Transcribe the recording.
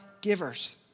givers